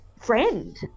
Friend